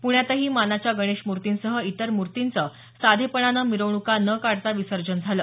पुण्यातही मानाच्या गणेश मूर्तींसह इतर मूर्तींचं साधेपणानं मिरवणुका न काढता विसर्जन झालं